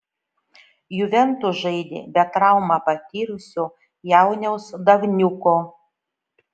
juventus žaidė be traumą patyrusio jauniaus davniuko